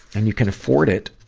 and you can afford it,